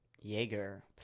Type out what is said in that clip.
Jaeger